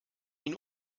ihn